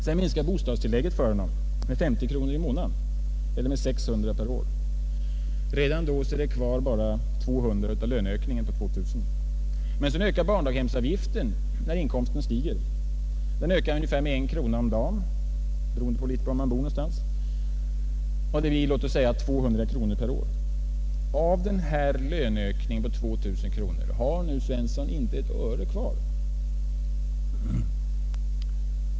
Sedan minskar bostadstillägget för honom med 50 kronor i månaden, eller 600 kronor per år. Redan då återstår bara 200 kronor av löneökningen. Men så ökar barndaghemsavgiften, när inkomsten stiger, med ungefär 1 krona om dagen, naturligtvis beroende på var man bor. Låt oss säga att det blir 200 kronor per år. Av den här löneökningen p,å 2 000 kronor har nu Svensson inte ett öre kvar.